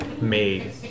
made